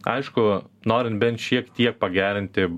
aišku norint bent šiek tiek pagerinti